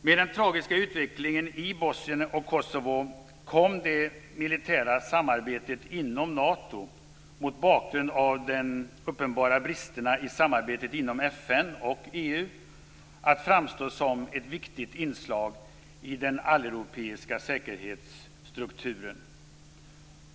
Med den tragiska utvecklingen i Bosnien och Kosovo och mot bakgrund av de uppenbara bristerna i samarbetet inom FN och EU kom det militära samarbetet inom Nato att framstå som ett viktigt inslag i den alleuropeiska säkerhetsstrukturen.